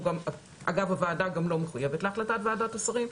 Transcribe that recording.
אגב, הוועדה גם לא מחויבת להחלטת ועדת שרים.